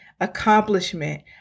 accomplishment